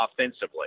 offensively